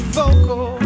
vocal